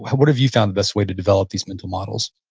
what have you found the best way to develop these mental models?